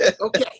Okay